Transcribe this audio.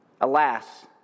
Alas